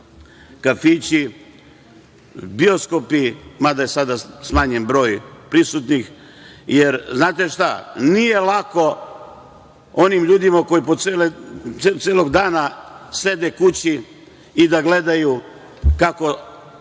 kafići i bioskopi, mada je sada smanjen broj prisutnih, jer, znate šta, nije lako onim ljudima koji celog dana sede kući da gledaju kako